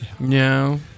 No